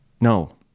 No